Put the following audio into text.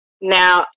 Now